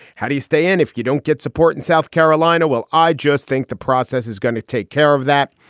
how do you stay in if you don't get support in south carolina? well, i just think the process is going to take care of that.